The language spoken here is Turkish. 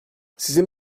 sizin